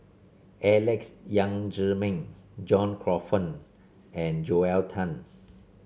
Alex Yam Ziming John Crawfurd and Joel Tan